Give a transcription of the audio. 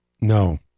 No